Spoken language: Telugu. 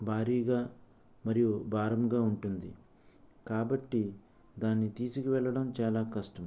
భారీగా మరియు భారంగా ఉంటుంది కాబట్టి దానిని తీసివేయడం చాలా కష్టం